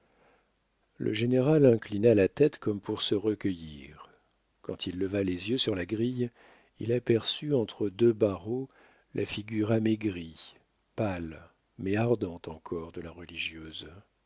le général inclina la tête comme pour se recueillir quand il leva les yeux sur la grille il aperçut entre deux barreaux la figure amaigrie pâle mais ardente encore de la religieuse